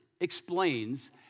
explains